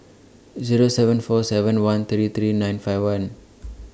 Zero seven four seven one three three nine five one